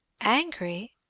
Angry